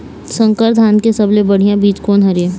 संकर धान के सबले बढ़िया बीज कोन हर ये?